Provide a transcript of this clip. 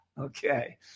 Okay